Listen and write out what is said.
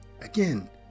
Again